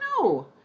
No